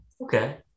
Okay